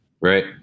right